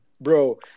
Bro